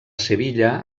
sevilla